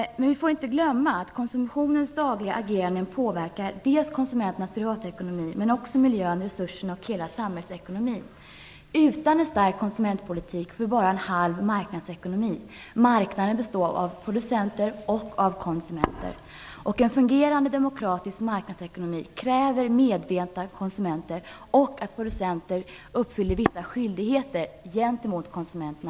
Vi får dock inte glömma bort att konsumenternas dagliga agerande påverkar dels deras privatekonomi, dels miljön, resurserna och hela samhällsekonomin. Utan en stark konsumentpolitik får vi bara en halv marknadsekonomi. Marknaden består av producenter och konsumenter. En fungerande demokratisk marknadsekonomi kräver medvetna konsumenter och att producenterna uppfyller vissa skyldigheter gentemot konsumenterna.